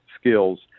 skills